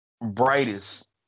brightest